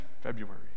February